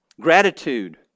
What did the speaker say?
Gratitude